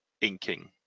inking